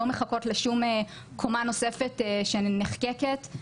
לא מחכות לשום קומה נוספת שנחקקת.